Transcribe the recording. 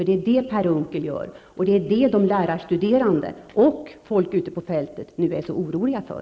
Det är det Per Unckel gör, och det är det som de lärarstuderande och folk ute på fältet nu är så oroliga för.